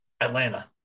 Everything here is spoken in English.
Atlanta